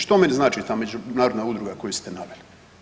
Što meni znači ta međunarodna udruga koju ste naveli?